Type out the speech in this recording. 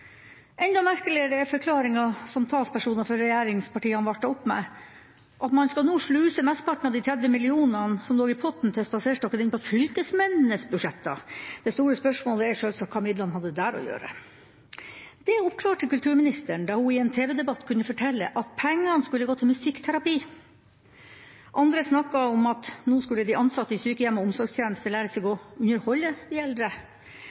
Enda merkeligere er forklaringa som talspersoner for regjeringspartia vartet opp med, at man nå skal sluse mesteparten av de 30 mill. kr som lå i potten til Den kulturelle spaserstokken, inn på fylkesmennenes budsjetter. Det store spørsmålet er sjølsagt hva midlene hadde der å gjøre. Det oppklarte kulturministeren da hun i en tv-debatt kunne fortelle at pengene skulle gå til musikkterapi. Andre snakket om at nå skulle de ansatte i sykehjem og omsorgstjeneste lære seg å underholde de eldre.